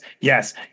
yes